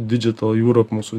didžital jūrop mūsų